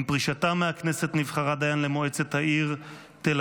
עם פרישתה מהכנסת נבחרה דיין למועצת העיר תל